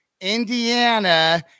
indiana